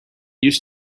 used